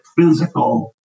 physical